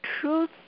truth